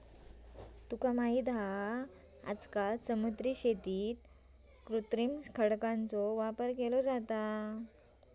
तुका माहित हा आजकाल समुद्री शेतीत कृत्रिम खडकांचो वापर केलो जाता